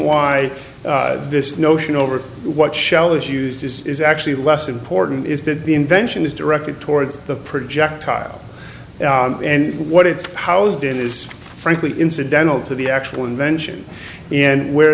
why this notion over what shell is used is actually less important is that the invention is directed towards the projectile and what it's housed in is frankly incidental to the actual invention and where